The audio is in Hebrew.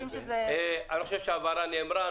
אתם חושבים שזה --- אני חושב שההבהרה נאמרה.